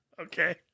Okay